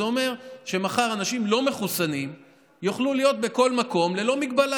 זה אומר שמחר אנשים לא מחוסנים יוכלו להיות בכל מקום ללא מגבלה.